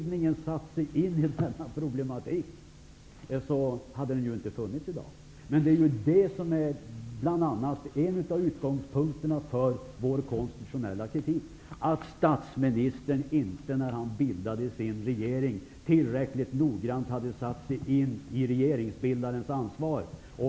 Detta är ju bl.a. en av utgångspunkterna för vår konstitutionella kritik, att statsministern när han bildade sin regering inte tillräckligt noggrant hade satt sig in i en regeringsbildares ansvar.